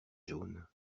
jaune